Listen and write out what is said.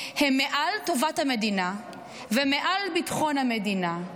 הם מעל טובת המדינה ומעל ביטחון המדינה.